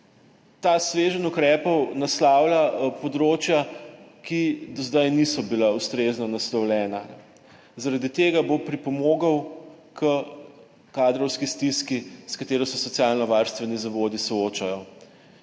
Ta sveženj ukrepov naslavlja področja, ki do zdaj niso bila ustrezno naslovljena. Zaradi tega bo pripomogel h kadrovski stiski, s katero se soočajo socialnovarstveni zavodi.